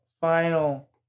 final